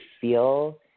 feel